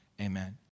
amen